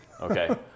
okay